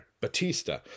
Batista